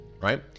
right